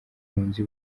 impunzi